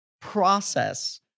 process